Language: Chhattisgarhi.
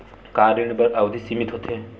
का ऋण बर अवधि सीमित होथे?